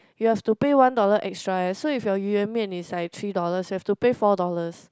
you have to pay one dollar extra eh so if your 鱼圆面 is like three dollars you have to pay four dollars